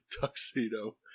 tuxedo